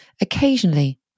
Occasionally